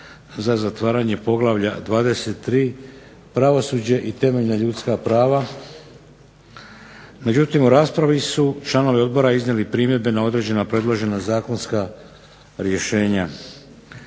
za zatvaranje poglavlja 23. – Pravosuđe i temeljna ljudska prava. Međutim, u raspravi su članovi odbora iznijeli primjedbe na određena predložena zakonska rješenja.